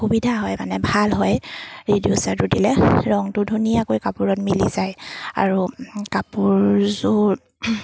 সুবিধা হয় মানে ভাল হয় ৰিডিউচাৰটো দিলে ৰংটো ধুনীয়াকৈ কাপোৰত মিলি যায় আৰু কাপোৰযোৰ